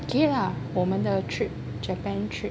okay lah 我们的 trip Japan trip